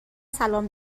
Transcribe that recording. سلام